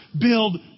build